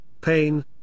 pain